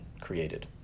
created